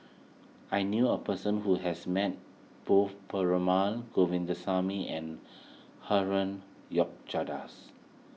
I knew a person who has met both Perumal Govindaswamy and Herman